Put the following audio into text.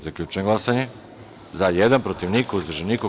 Zaključujem glasanje: za – jedan, protiv – niko, uzdržanih – nema.